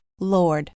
Lord